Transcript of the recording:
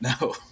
No